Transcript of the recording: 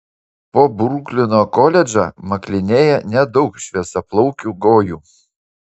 po bruklino koledžą maklinėja nedaug šviesiaplaukių gojų